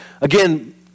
Again